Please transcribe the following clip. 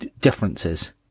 differences